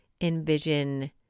envision